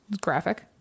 Graphic